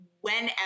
whenever